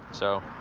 so,